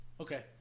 Okay